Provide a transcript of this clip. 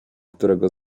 którego